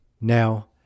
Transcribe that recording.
Now